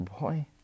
Boy